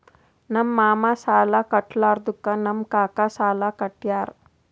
ನಮ್ ಮಾಮಾ ಸಾಲಾ ಕಟ್ಲಾರ್ದುಕ್ ನಮ್ ಕಾಕಾ ಸಾಲಾ ಕಟ್ಯಾರ್